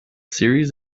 series